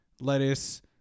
lettuce